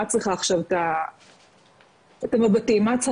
מה את צריכה עכשיו את המבטים מה,